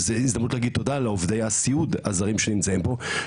זה הזדמנות להגיד תודה לעובדי הסיעוד הזרים שנמצאים פה,